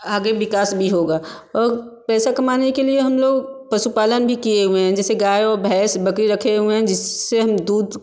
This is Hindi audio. आगे विकास भी होगा और पैसा कमाने के लिए हम लोग पशुपालन भी किए हुए हैं जैसे गायो भैस बकरी रखे हुएँ हैं जिससे हम दूध